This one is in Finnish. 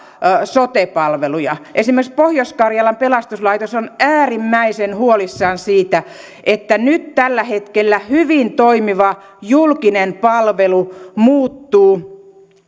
sote palveluja esimerkiksi pohjois karjalan pelastuslaitos on äärimmäisen huolissaan siitä että nyt tällä hetkellä hyvin toimiva julkinen palvelu muuttuu